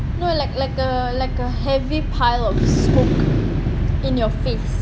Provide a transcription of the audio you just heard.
no like like like a like a heavy pile smoke of in your face